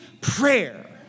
prayer